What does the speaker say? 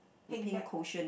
pink bag